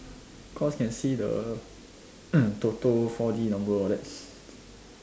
cause can see the Toto four D number all that